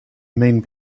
men